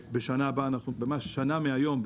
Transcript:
ובעוד שנה מהיום,